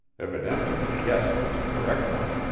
evidently the guess was a correct one.